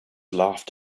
laughed